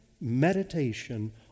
meditation